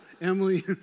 Emily